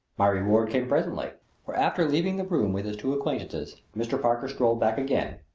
my reward came presently for, after leaving the room with his two acquaintances, mr. parker strolled back again,